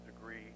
degree